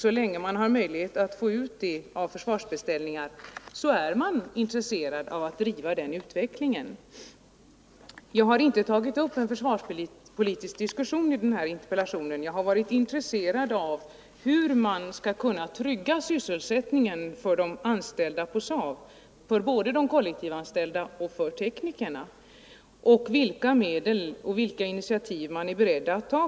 Så länge man har möjlighet att få ut sådana i form av försvarsbeställningar, är man intresserad av att driva just den utvecklingen och ingen annan. Jag har inte tagit upp en försvarspolitisk diskussion i den här interpellationen. Jag har varit intresserad av hur man skall kunna trygga sysselsättningen för de anställda på SAAB, såväl för de kollektivanställda som för teknikerna, vilka medel statsmakterna är beredda att tillgripa och vilka initiativ de är beredda att ta.